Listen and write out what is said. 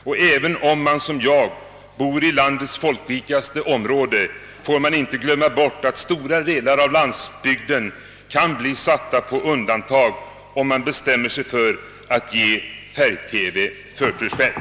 Och även om man som jag bor i landets folkrikaste område får man inte glömma bort att stora delar av landsbygden kan bli satta på undantag om man bestämmer sig för att ge färg-TV förtursrätt.